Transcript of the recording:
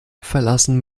verlassen